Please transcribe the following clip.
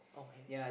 okay